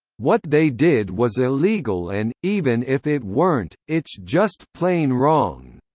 what they did was illegal and, even if it weren't, it's just plain wrong.